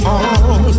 on